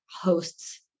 host's